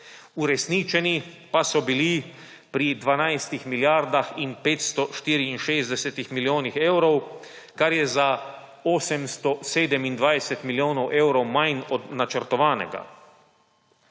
uresničeni pa so bili pri 12 milijardah in 564 milijonih evrov, kar je za 827 milijonov evrov manj od načrtovanega.